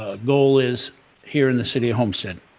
ah goal is here in the city of homestead.